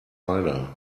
rider